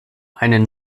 einen